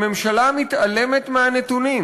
הממשלה מתעלמת מהנתונים,